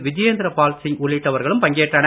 விஜயேந்திர பால் சிங் உள்ளிட்டவர்களும் பங்கேற்றனர்